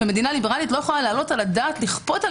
ומדינה ליברלית לא יכולה להעלות על הדעת לכפות על